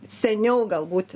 seniau galbūt